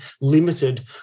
limited